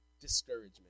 discouragement